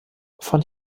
von